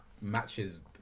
matches